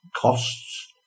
costs